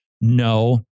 No